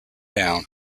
down